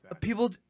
people